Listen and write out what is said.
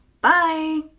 Bye